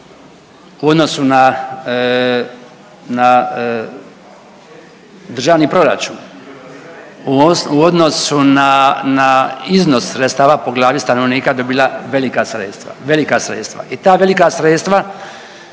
u odnosu na, na državni proračun, u odnosu na, na iznos sredstava po glavni stanovnika dobila velika sredstva, velika sredstva